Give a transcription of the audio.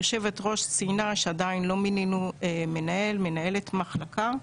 היושבת ראש ציינה שעדיין לא מינינו מנהל או מנהלת מחלקה,